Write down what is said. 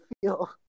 feel